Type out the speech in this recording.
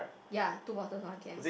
ya two bottles one can